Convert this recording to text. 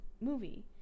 movie